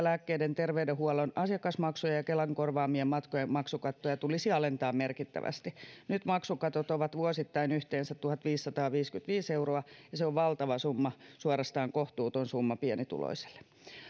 lääkkeiden terveydenhuollon asiakasmaksujen ja kelan korvaamien matkojen maksukattoja tulisi alentaa merkittävästi nyt maksukatot ovat vuosittain yhteensä tuhatviisisataaviisikymmentäviisi euroa ja se on valtava summa suorastaan kohtuuton summa pienituloiselle